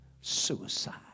suicide